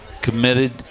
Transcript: committed